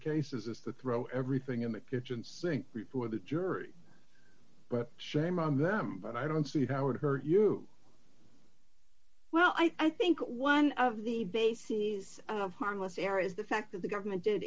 cases is to throw everything in the kitchen sink before the jury but shame on them but i don't see how it hurt you well i think one of the bases of harmless error is the fact that the government did